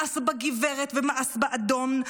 מאס בגברת ומאס באדון,